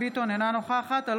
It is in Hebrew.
אינה נוכחת יפעת שאשא ביטון,